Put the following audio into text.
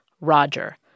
Roger